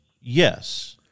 yes